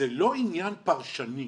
זה לא עניין פרשני.